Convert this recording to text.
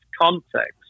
context